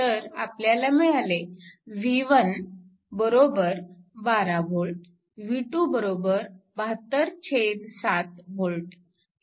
तर आपल्याला मिळाले v1 12 V v2 72 7 V